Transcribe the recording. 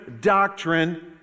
doctrine